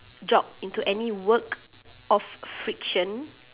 job into any work of friction